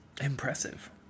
impressive